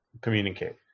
communicate